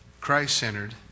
Christ-centered